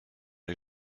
les